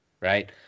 right